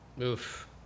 Oof